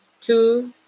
two